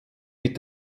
mit